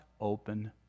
open